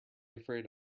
afraid